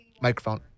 microphone